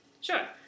Sure